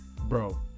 Bro